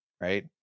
right